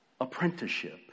apprenticeship